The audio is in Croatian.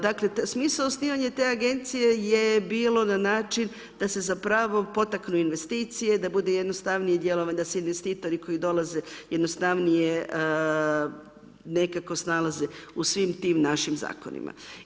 Dakle, smisao osnivanja te agencije je bilo na način da se zapravo potaknu investicije, da bude jednostavnije djelovanje da se investitori koji dolaze jednostavnije nekako snalaze u svim tim našim zakonima.